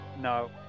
No